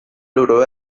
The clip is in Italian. loro